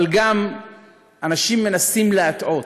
אבל אנשים גם מנסים להטעות.